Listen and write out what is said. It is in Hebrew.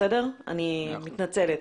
אני מתנצלת.